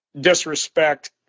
disrespect